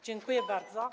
Dziękuję bardzo.